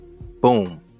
Boom